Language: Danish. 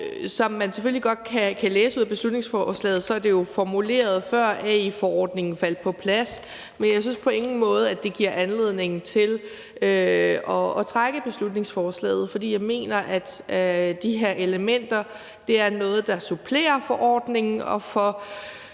Som man selvfølgelig godt kan læse ud af beslutningsforslaget, er det jo formuleret, før AI-forordningen faldt på plads, men jeg synes på ingen måde, det giver anledning til at trække beslutningsforslaget tilbage, for jeg mener, at de her elementer er nogle elementer, der supplerer forordningen, og vi